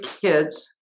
kids